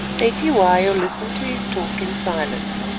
cetywayo listened to his talk in silence,